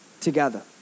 together